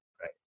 right